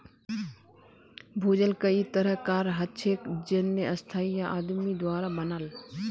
भूजल कई तरह कार हछेक जेन्ने स्थाई या आदमी द्वारा बनाल